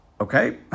Okay